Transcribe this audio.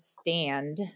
Stand